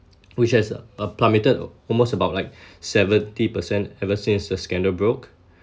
which has uh plummeted almost about like seventy percent ever since the scandal broke